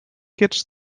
gets